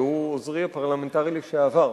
והוא עוזרי הפרלמנטרי לשעבר,